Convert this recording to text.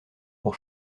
pour